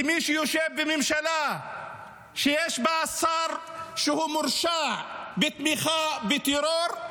כי מי שיושב בממשלה שיש בה שר שמורשע בתמיכה בטרור,